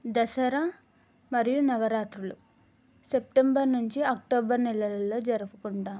దసరా మరియు నవ రాత్రులు సెప్టెంబర్ నుంచి అక్టోబర్ నెలలలో జరుపుకుంటాము